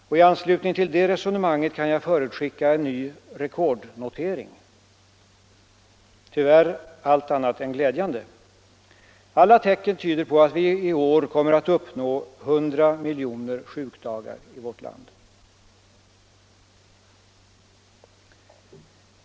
I anslutning till det resonemanget kan jag förutskicka en ny rekordnotering — tyvärr allt annat än glädjande. Alla tecken tyder på att vi i år kommer att uppnå 100 miljoner sjukdagar i vårt land.